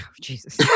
Jesus